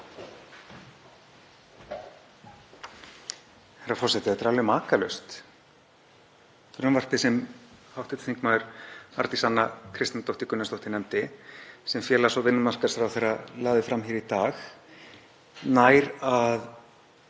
Þetta er alveg makalaust.